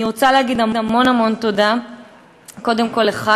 אני רוצה להגיד המון המון תודה קודם כול לך,